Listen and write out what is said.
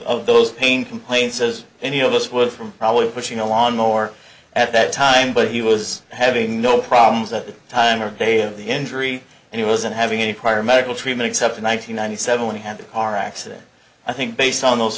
of those pain complaints as any of us would from probably pushing a lawn mower at that time but he was having no problems at the time of day of the injury and he wasn't having any prior medical treatment except in one thousand nine hundred seven when he had a car accident i think based on those